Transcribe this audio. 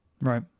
right